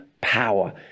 power